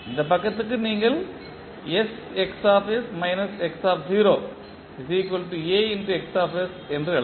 இந்த பக்கத்திற்கு நீங்கள் என்று எழுதலாம்